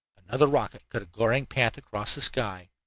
another rocket cut a glaring path across the sky.